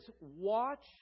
watch